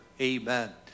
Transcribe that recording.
Amen